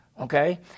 okay